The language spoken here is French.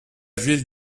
ville